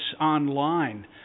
online